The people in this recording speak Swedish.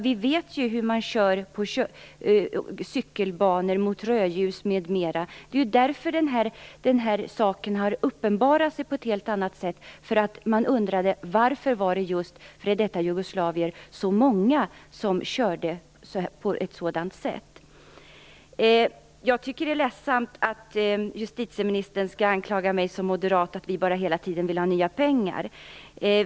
Vi vet ju hur folk kör på cykelbanor, mot rödljus m.m., och det är ju därför den här saken har uppenbarat sig: Man undrade varför det var så många människor från just f.d. Jugoslavien som körde på ett sådant sätt. Jag tycker att det är ledsamt att justitieministern anklagar mig som moderat för att Moderaterna hela tiden bara vill ha nya pengar.